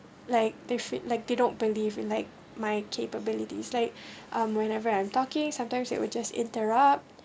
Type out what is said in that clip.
like they feel like they don't believe in like my capabilities like um whenever I'm talking sometimes it would just interrupt